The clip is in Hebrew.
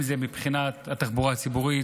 אם זה מבחינת התחבורה הציבורית,